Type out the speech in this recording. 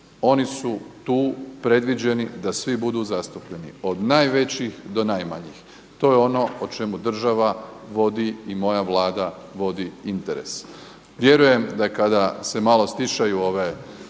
Oni su tu predviđeni da svi budu zastupljeni od najvećih do najmanjih. To je ono o čemu država vodi i moja Vlada vodi interes. Vjerujem da kada se malo stišaju ove